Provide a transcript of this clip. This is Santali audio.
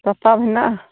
ᱛᱟᱛᱟᱣ ᱦᱮᱱᱟᱜᱼᱟ